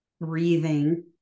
breathing